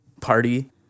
party